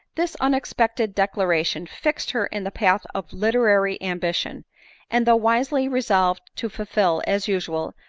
this unexpected declaration fixed her in the path of literary ambition and though wisely resolved to fulfil, as usual,